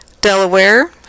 Delaware